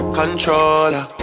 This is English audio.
controller